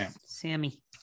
Sammy